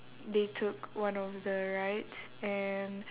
they took one of the rides and